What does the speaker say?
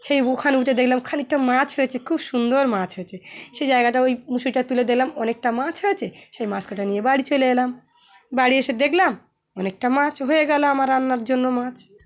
সেই ওখানে উঠে দেখলাম খানিকটা মাছ হয়েছে খুব সুন্দর মাছ হয়েছে সেই জায়গাটা ওই মুসুরিটা তুলে দিলাম অনেকটা মাছ হয়েছে সেই মাছটা নিয়ে বাড়ি চলে এলাম বাড়ি এসে দেখলাম অনেকটা মাছ হয়ে গেলো আমার রান্নার জন্য মাছ